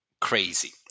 crazy